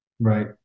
Right